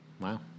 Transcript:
Wow